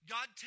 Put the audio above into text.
God